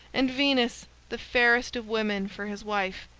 and venus the fairest of women for his wife,